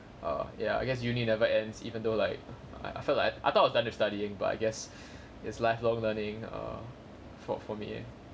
err ya I guess uni never ends even though like I I felt like I thought I've done the studying but I guess it's lifelong learning err for for me